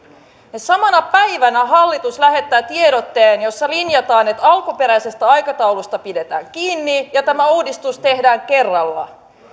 ja samana päivänä hallitus lähettää tiedotteen jossa linjataan että alkuperäisestä aikataulusta pidetään kiinni ja tämä uudistus tehdään kerralla